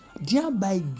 thereby